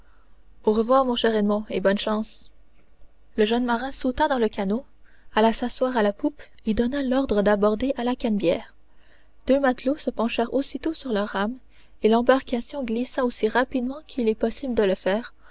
au revoir mon cher edmond bonne chance le jeune marin sauta dans le canot alla s'asseoir à la poupe et donna l'ordre d'aborder à la canebière deux matelots se penchèrent aussitôt sur leurs rames et l'embarcation glissa aussi rapidement qu'il est possible de le faire